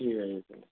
ঠিক আছে তাহলে